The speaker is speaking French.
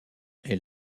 est